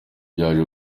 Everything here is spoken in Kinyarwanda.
byaje